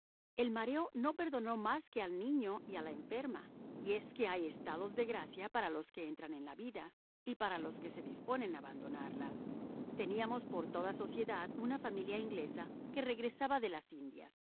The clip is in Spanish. el mareo no perdonó más que al niño y a la enferma y es que hay estados de gracia para los que entran en la vida y para los que se disponen a abandonarla teníamos por toda sociedad una familia inglesa que regresaba de las indias